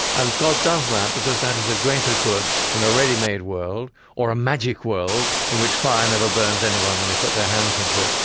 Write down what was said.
and god does that, because that is a greater good than a ready-made world or a magic world in which fire never burns anyone when they put their hands into it,